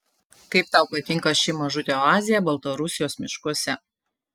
kaip tau patinka ši mažutė oazė baltarusijos miškuose